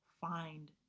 find